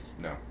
No